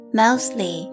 mostly